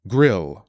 Grill